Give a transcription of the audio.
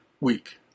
week